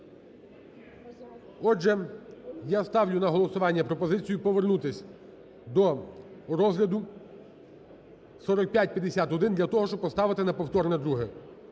Отже, я ставлю на голосування пропозицію повернутись до розгляду 4551 для того, щоб поставити на повторне друге.